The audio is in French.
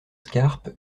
scarpe